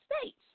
States